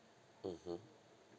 mmhmm